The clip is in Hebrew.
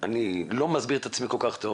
אני לא מסביר את עצמי כל כך טוב